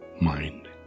mind